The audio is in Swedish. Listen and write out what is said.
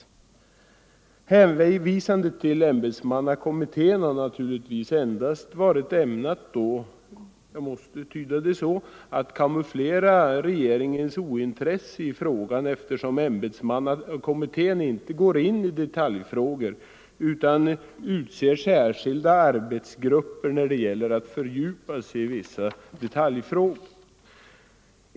Hänvisandet till ämbetsmannakommittén har naturligtvis endast varit ämnat att — jag måste tyda det så — kamouflera regeringens ointresse i frågan eftersom ämbetsmannakommittén inte går in i detaljfrågor utan utser särskilda arbetsgrupper som får fördjupa sig i sådana frågor.